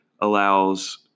allows